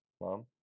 Mom